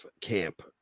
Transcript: camp